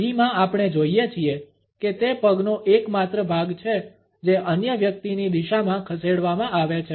B માં આપણે જોઇએ છીએ કે તે પગનો એકમાત્ર ભાગ છે જે અન્ય વ્યક્તિની દિશામાં ખસેડવામાં આવે છે